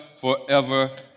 forever